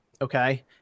okay